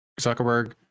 Zuckerberg